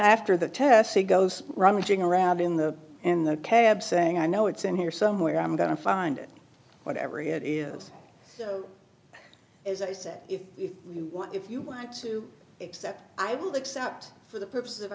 after the test see goes rummaging around in the in the cab saying i know it's in here somewhere i'm going to find it whatever it is as i said if you want if you want to accept i will accept for the purposes of